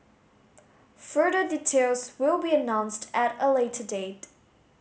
further details will be announced at a later date